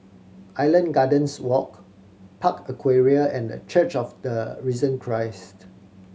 Island Gardens Walk Park Aquaria and The Church of the Risen Christ